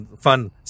fun